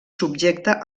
subjecta